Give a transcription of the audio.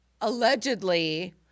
allegedly